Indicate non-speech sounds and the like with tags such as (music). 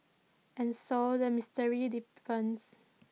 and so the mystery (unintelligible) deepens